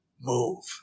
move